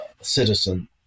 citizen